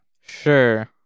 Sure